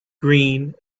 green